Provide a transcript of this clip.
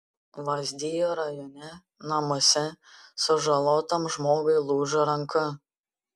lazdijų rajone namuose sužalotam žmogui lūžo ranka